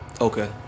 Okay